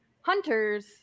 hunters